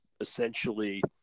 essentially